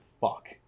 fuck